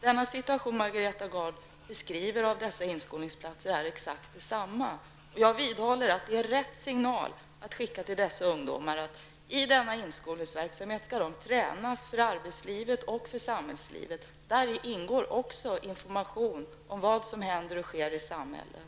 Den situation som Margareta Gard beskriver i fråga om dessa inskolningsplatser är exakt densamma. Jag vidhåller att det är rätt signal att skicka till dessa ungdomar att de i denna inskolningsverksamhet skall tränas för arbetslivet och samhällslivet. Däri ingår också information om vad som händer och sker i samhället.